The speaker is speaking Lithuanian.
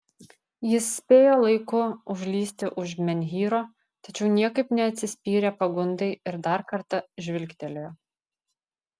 jis spėjo laiku užlįsti už menhyro tačiau niekaip neatsispyrė pagundai ir dar kartą žvilgtelėjo